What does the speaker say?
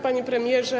Panie Premierze!